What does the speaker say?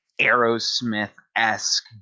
Aerosmith-esque